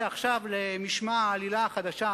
שעכשיו לשמע העלילה החדשה,